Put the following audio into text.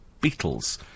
Beatles